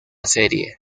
serie